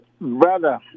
Brother